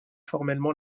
formellement